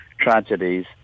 tragedies